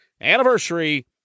anniversary